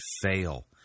fail